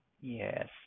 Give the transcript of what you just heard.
Yes